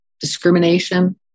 discrimination